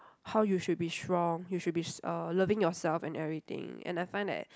how you should be strong you should be s~ uh loving yourself and everything and I find that